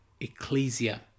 ecclesia